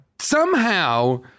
somehow-